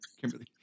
Kimberly